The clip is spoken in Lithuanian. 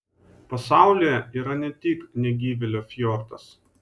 pasaulyje yra ne tik negyvėlio fjordas